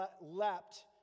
leapt